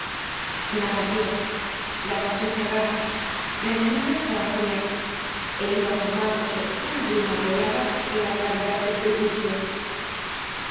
nada vió la'noche cerraba la llanura estaba fria é iba formándose una bruma violada en la claridad del crepúsculo